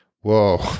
Whoa